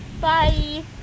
Bye